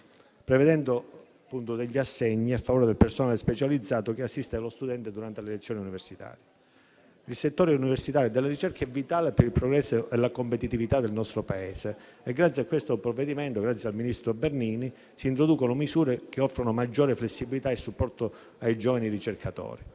prevedendo appunto degli assegni a favore del personale specializzato che assiste lo studente durante le lezioni universitarie. Il settore dell'università e della ricerca è vitale per il progresso e la competitività del nostro Paese. Grazie a questo provvedimento e grazie al ministro Bernini si introducono misure che offrono maggiore flessibilità e supporto ai giovani ricercatori